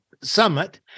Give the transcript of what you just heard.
Summit